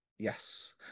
yes